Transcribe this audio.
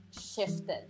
shifted